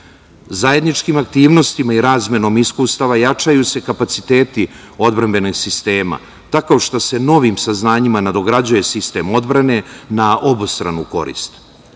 Zajedničkim aktivnostima i razmenom iskustava jačaju se kapaciteti odbrambenog sistema, tako što se novim saznanjima nadograđuje sistem odbrane na obostranu